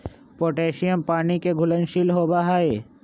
potassium पानी के घुलनशील होबा हई